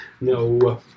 no